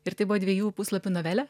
ir tai buvo dviejų puslapių novelė